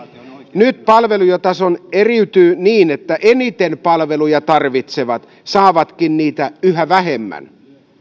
nyt palvelutaso eriytyy niin että eniten palveluja tarvitsevat saavatkin niitä yhä vähemmän